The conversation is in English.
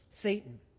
Satan